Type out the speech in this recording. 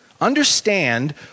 understand